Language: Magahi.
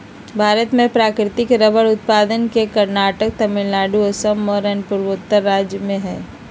भारत में प्राकृतिक रबर उत्पादक के कर्नाटक, तमिलनाडु, असम और अन्य पूर्वोत्तर राज्य हई